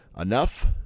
Enough